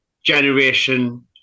generation